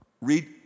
Read